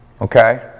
okay